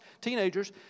teenagers